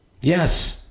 Yes